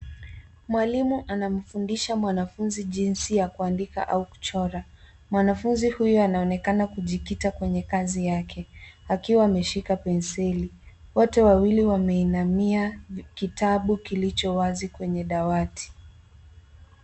Mwalimu anamfundisha mwanafuzi jinsi ya kuandika au kuchora. Mwanafunzi huyu anaonekana kujikita kwenye kazi yake, akiwa ameshika penseli. Wote wawili wameinamia kitabu kilicho wazi kwenye dawati.